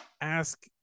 ask